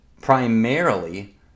primarily